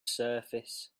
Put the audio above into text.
surface